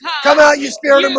come out. you know